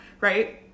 right